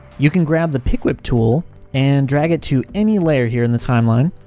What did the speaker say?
you can grab the pick whip tool and drag it to any layer here in the timeline,